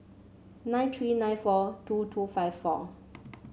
nine three nine four two two five four